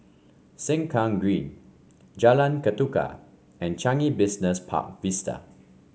Sengkang Green Jalan Ketuka and Changi Business Park Vista